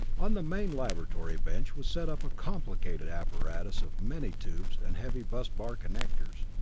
on the main laboratory bench was set up a complicated apparatus of many tubes and heavy bus bar connectors.